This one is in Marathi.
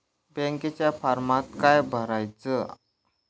बँकेच्या फारमात काय भरायचा?